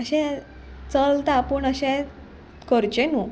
अशें चलता पूण अशें करचें न्हू